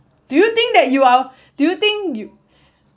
do you think that you are do you think you